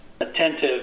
attentive